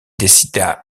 décida